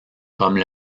comme